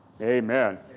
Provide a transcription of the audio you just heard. Amen